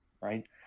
right